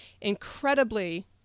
incredibly